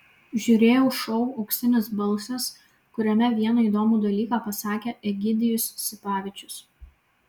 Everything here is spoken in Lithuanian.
žiūrėjau šou auksinis balsas kuriame vieną įdomų dalyką pasakė egidijus sipavičius